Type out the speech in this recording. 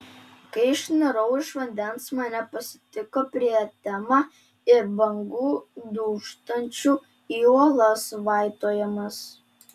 kai išnirau iš vandens mane pasitiko prietema ir bangų dūžtančių į uolas vaitojimas